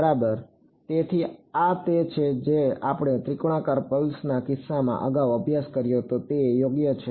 બરાબર તેથી આ તે છે જે આપણે ત્રિકોણાકાર પ્લસના કિસ્સામાં અગાઉ અભ્યાસ કર્યો હતો તે યોગ્ય છે